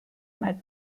might